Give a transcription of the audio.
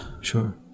Sure